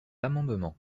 amendement